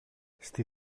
στη